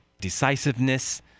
decisiveness